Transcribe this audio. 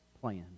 plan